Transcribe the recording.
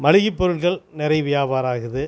மளிகை பொருட்கள் நிறைய வியாபாரம் ஆகுது